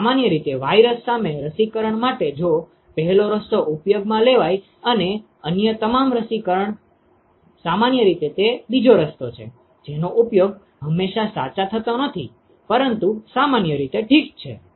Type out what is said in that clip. તેથી સામાન્ય રીતે વાયરસ સામે રસીકરણ માટે જો પહેલો રસ્તો ઉપયોગમાં લેવાય છે અને અન્ય તમામ રસીકરણ સામાન્ય રીતે તે બીજો રસ્તો છે જેનો ઉપયોગ હંમેશાં સાચા થતો નથી પરંતુ સામાન્ય રીતે ઠીક છે